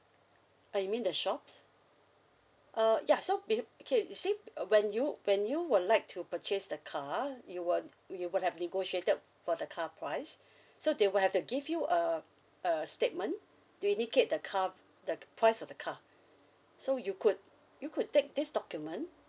uh you mean the shops uh ya so bec~ okay you see uh when you when you would like to purchase the car you would you would have negotiated for the car price so they will have to give you a a statement to indicate the car the price of the car so you could you could take this document